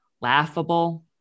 laughable